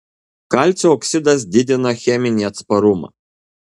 kalcio oksidas didina cheminį atsparumą